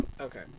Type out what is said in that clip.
Okay